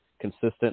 consistent